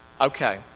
Okay